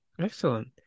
Excellent